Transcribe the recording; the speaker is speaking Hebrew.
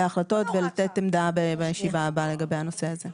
ההחלטות ולתת עמדה בישיבה הבאה לגבי הנושא הזה.